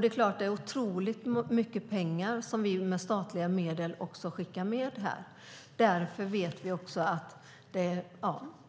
Det är otroligt mycket statliga medel som satsas. Det